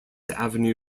avenue